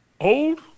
Old